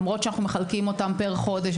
למרות שאנחנו מחלקים אותם פר חודש,